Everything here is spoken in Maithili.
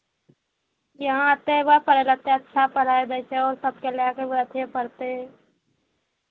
कि अहाँ एतहि अयबै पढ़य लेल एतय अच्छा पढ़ाइ दै छै आओर सभकेँ लए कऽ अयबै एतहिए पढ़तै